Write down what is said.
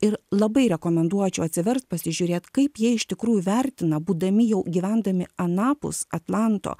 ir labai rekomenduočiau atsiverst pasižiūrėt kaip jie iš tikrųjų vertina būdami jau gyvendami anapus atlanto